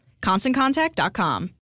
ConstantContact.com